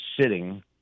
sitting